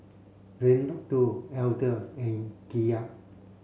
Reynaldo Elder and Kiya